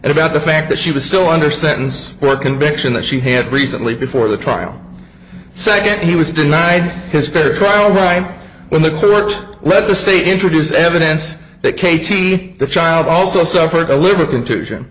and about the fact that she was still under sentence for a conviction that she had recently before the trial second he was denied his fair trial right when the correct let the state introduce evidence that katie the child also suffered a liver contusion